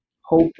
hope